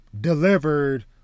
delivered